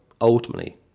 Ultimately